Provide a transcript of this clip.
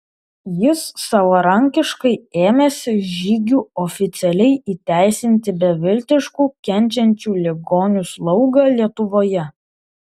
jis savarankiškai ėmėsi žygių oficialiai įteisinti beviltiškų kenčiančių ligonių slaugą lietuvoje